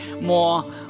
more